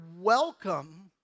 welcome